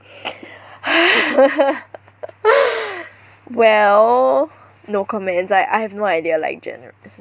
well no comments I I have no idea like generous